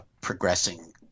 progressing